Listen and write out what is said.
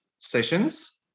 sessions